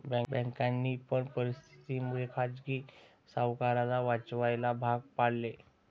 बँकांनी पण परिस्थिती मुळे खाजगी सावकाराला वाचवायला भाग पाडले